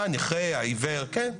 הנכה, העיוור, כן.